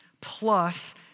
plus